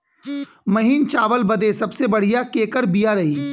महीन चावल बदे सबसे बढ़िया केकर बिया रही?